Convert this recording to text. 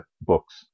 books